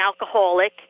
alcoholic